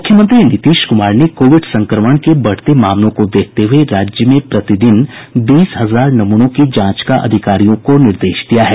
मुख्यमंत्री नीतीश कुमार ने कोविड संक्रमण के बढ़ते मामलों को देखते हुये राज्य में प्रतिदिन बीस हजार नमूनों की जांच का अधिकारियों को निर्देश दिया है